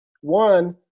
one